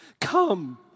Come